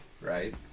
right